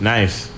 Nice